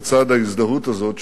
לצד ההזדהות הזאת,